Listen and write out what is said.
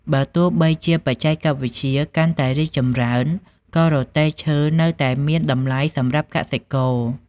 បើទោះបីជាបច្ចេកវិទ្យាកាន់តែរីកចម្រើន ក៏រទេះឈើនៅតែមានតម្លៃសម្រាប់កសិករ។